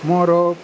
ମୋର